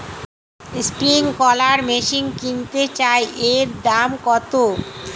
Sprinkler machine কিনতে চাই এর দাম কত?